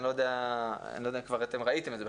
אני לא יודע אם אתם כבר ראיתם את זה.